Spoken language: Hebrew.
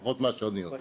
לפחות ממה שאני יודע.